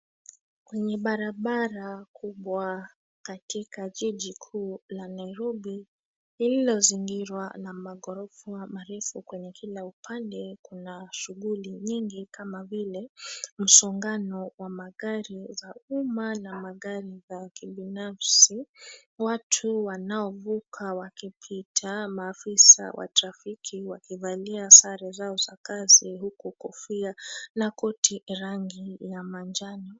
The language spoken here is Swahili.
Kwenye barabara kubwa katika jiji kuu la Nairobi, lililozingirwa la maghorofa marefu kwenye kila upande kuna shughuli nyingi kama vile, msongano wa magari za umma na magari za kibinafsi. Watu wanaovuka wakipita maafisa wa trafiki wakivalia sare zao za kazi huku kofia na koti rangi ya manjano.